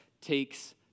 takes